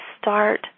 start